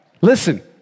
Listen